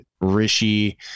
Rishi